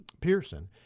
Pearson